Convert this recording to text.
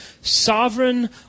sovereign